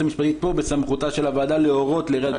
המשפטית כאן להורות לעיריית בית שמש.